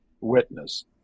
witness